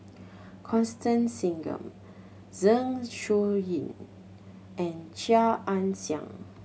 Constance Singam Zeng Shouyin and Chia Ann Siang